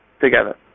together